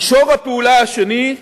מישור הפעולה השני,